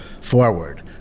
forward